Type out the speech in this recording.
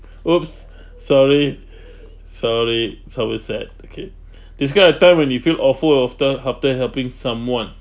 !oops! sorry sorry someone said okay describe a time when you feel awful after after helping someone